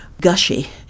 gushy